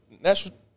National